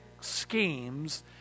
schemes